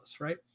right